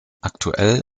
aktuell